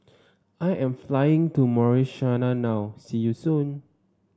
I am flying to Mauritania now see you soon